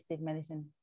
medicine